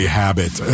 habit